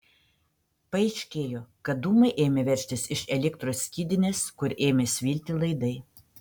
paaiškėjo kad dūmai ėmė veržtis iš elektros skydinės kur ėmė svilti laidai